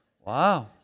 Wow